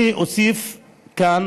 אני אוסיף כאן